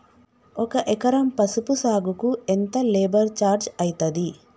ఒక ఎకరం పసుపు సాగుకు ఎంత లేబర్ ఛార్జ్ అయితది?